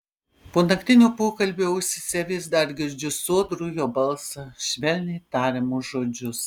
po naktinio pokalbio ausyse vis dar girdžiu sodrų jo balsą švelniai tariamus žodžius